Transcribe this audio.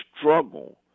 struggle